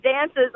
dances